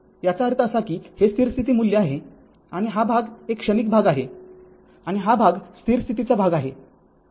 याचा अर्थ असा आहे की हे स्थिर स्थिती मूल्य आहे आणि हा भाग एक क्षणिक भाग आहे आणि हा भाग स्थिर स्थितीचा भाग आहे